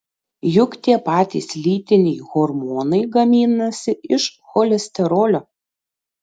juk tie patys lytiniai hormonai gaminasi iš cholesterolio